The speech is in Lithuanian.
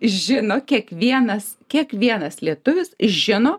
žino kiekvienas kiekvienas lietuvis žino